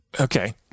Okay